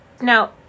Now